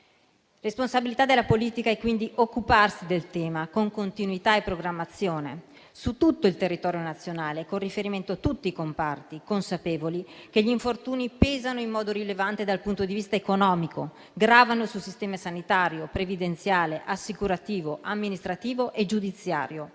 Responsabilità della politica è quindi occuparsi del tema con continuità e programmazione su tutto il territorio nazionale, con riferimento a tutti comparti, consapevoli che gli infortuni pesano in modo rilevante dal punto di vista economico e gravano sul sistema sanitario, previdenziale, assicurativo, amministrativo e giudiziario.